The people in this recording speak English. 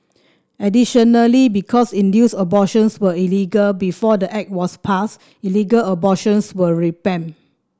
additionally because induced abortions were illegal before the Act was passed illegal abortions were rampant